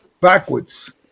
backwards